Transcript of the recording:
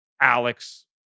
Alex